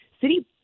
city